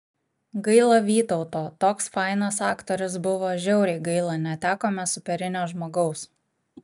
gaila vytauto toks fainas aktorius buvo žiauriai gaila netekome superinio žmogaus